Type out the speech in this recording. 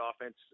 offense